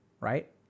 Right